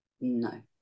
No